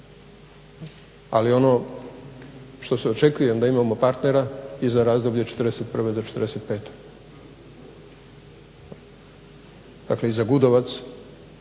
Ali ono što očekujem da imamo partnera i za razdoblje od '41. do '45. Dakle, i za Gudovac